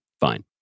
fine